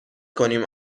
کنیم